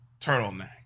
turtleneck